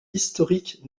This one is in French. historique